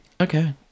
Okay